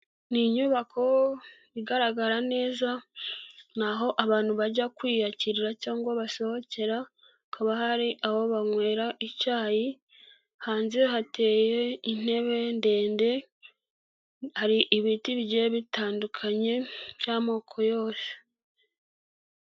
Ni inyubako igaragara neza, ni aho abantu bajya kwiyakirarira cyangwa basohokera, hakaba hari aho banywera icyayi, hanze hateye intebe ndende, hari ibiti bigiye bitandukanye by'amoko yose.